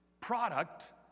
product